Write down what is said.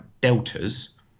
deltas